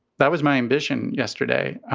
that was my ambition yesterday.